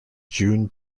jun